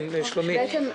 שלומית.